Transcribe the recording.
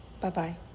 Bye-bye